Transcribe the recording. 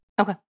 Okay